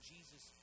Jesus